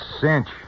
cinch